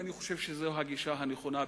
ואני חושב שזו הגישה הנכונה ביותר.